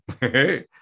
Hey